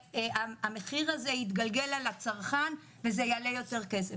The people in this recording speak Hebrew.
המחיר הזה יתגלגל על הצרכן וזה יעלה יותר כסף.